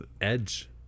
Edge